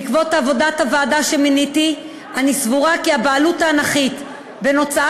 בעקבות עבודת הוועדה שמיניתי אני סבורה כי הבעלות האנכית בין הוצאת